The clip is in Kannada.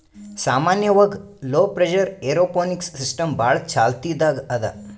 ಸಾಮಾನ್ಯವಾಗ್ ಲೋ ಪ್ರೆಷರ್ ಏರೋಪೋನಿಕ್ಸ್ ಸಿಸ್ಟಮ್ ಭಾಳ್ ಚಾಲ್ತಿದಾಗ್ ಅದಾ